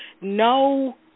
no